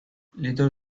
little